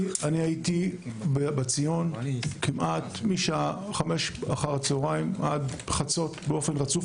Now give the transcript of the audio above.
הייתי בציון משעה 5 אחר הצוהריים ועד חצות באופן רצוף,